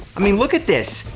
i mean look at this.